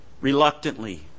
reluctantly